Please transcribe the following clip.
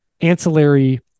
ancillary